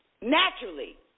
Naturally